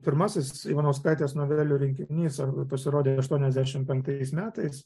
pirmasis ivanauskaitės novelių rinkinys pasirodė aštuoniasdešimt penktais metais